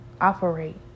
operate